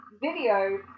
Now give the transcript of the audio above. video